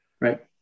Right